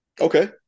Okay